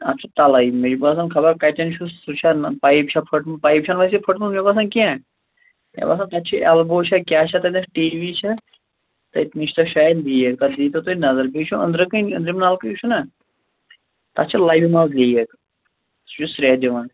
اَتھ چھُ تَلَے مےٚ چھُ باسان خبر کَتٮ۪ن چھُ سُہ چھا نہٕ پایپ چھا پھٔٹمٕژ پایپ چھَنہٕ ویسے پھٔٹمٕژ مےٚ باسان کیٚنٛہہ مےٚ باسان تَتہِ چھِ ایٚلبو چھا کیٛاہ چھا تَتٮ۪تھ ٹی وی چھا تٔتنی چھُ تتھ شاید لیٖک تَتھ دیٖتو تُہۍ نظر بیٚیہِ چھُ أنٛدرٕکنہِ أنٛدرِم نَلکہٕ یُس چھُناہ تَتھ چھِ لَبہِ منٛز لیٖک سُہ چھُ سرٛیٚہہ دِوان